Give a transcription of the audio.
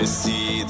see